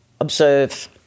observe